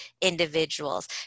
individuals